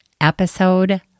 episode